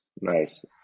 Nice